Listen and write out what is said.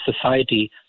society